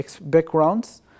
backgrounds